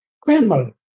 grandmother